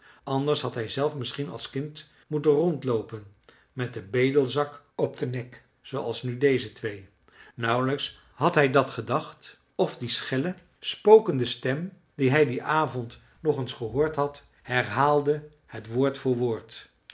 anders had hij zelf misschien als kind moeten rondloopen met den bedelzak op den nek zooals nu deze twee nauwelijks had hij dat gedacht of die schelle spokende stem die hij dien avond nog eens gehoord had herhaalde het woord voor woord